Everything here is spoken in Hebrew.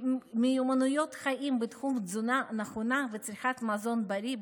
למיומנויות חיים בתחום תזונה נכונה וצריכת מזון בריא,